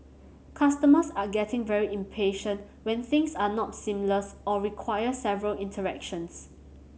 customers are getting very impatient when things are not seamless or require several interactions